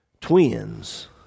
twins